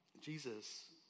Jesus